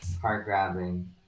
Heart-grabbing